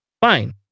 Fine